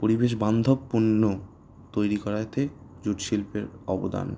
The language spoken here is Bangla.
পরিবেশ বান্ধব পণ্য তৈরি করাতে জুট শিল্পের অবদান